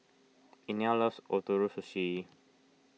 Inell loves Ootoro Sushi